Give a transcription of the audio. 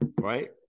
right